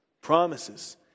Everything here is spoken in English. promises